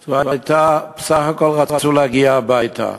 זאת הייתה, בסך הכול רצו להגיע הביתה.